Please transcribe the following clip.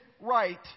right